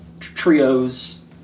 Trios